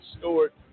Stewart